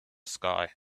sky